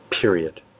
period